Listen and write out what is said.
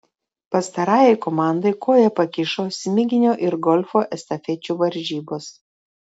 pastarajai komandai koją pakišo smiginio ir golfo estafečių varžybos